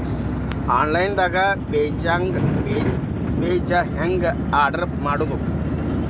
Online ದಾಗ ಬೇಜಾ ಹೆಂಗ್ ಆರ್ಡರ್ ಮಾಡೋದು?